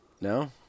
No